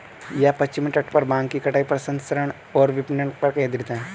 यह पश्चिमी तट पर भांग की कटाई, प्रसंस्करण और विपणन पर केंद्रित है